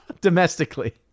domestically